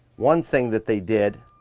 one thing that they did,